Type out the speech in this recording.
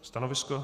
Stanovisko?